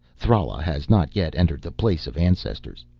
thrala has not yet entered the place of ancestors.